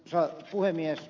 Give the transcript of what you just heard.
arvoisa puhemies